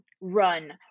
run